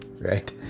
right